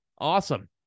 awesome